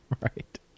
Right